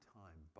time